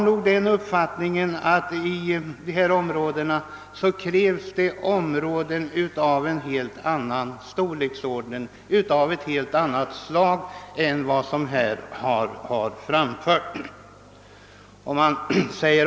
Nej, enligt min mening krävs det insatser av ett helt annat slag än vad som här förordats.